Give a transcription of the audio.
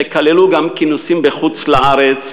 שכללו גם כינוסים בחוץ-לארץ,